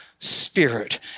spirit